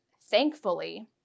thankfully